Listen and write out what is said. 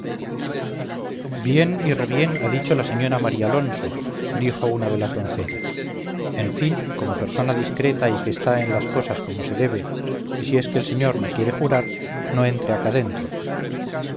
bien y rebién ha dicho la señora marialonso dijo una de las doncellas en fin como persona discreta y que está en las cosas como se debe y si es que el señor no quiere jurar no entre acá dentro